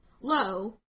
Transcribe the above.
low